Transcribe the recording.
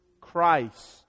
christ